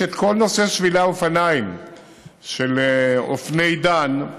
גם כל נושא שבילי האופניים של אופני דן,